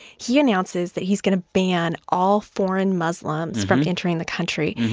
he announces that he's going to ban all foreign muslims from entering the country.